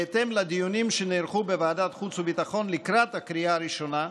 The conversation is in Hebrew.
בהתאם לדיונים שנערכו בוועדת חוץ וביטחון לקראת הקריאה הראשונה,